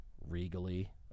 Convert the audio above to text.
regally